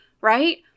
right